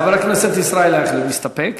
חבר הכנסת ישראל אייכלר, מסתפק?